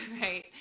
right